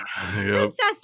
Princess